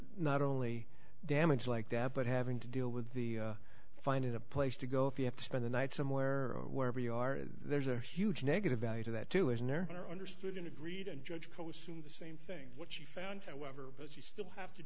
not only damage like that but having to deal with the finding a place to go if you have to spend the night somewhere or wherever you are there's a huge negative value to that too isn't there or understood and agreed and judged it was the same thing what you found however but you still have to